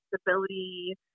stability